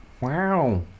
wow